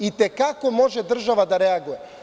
I te kako može država da reaguje.